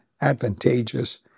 advantageous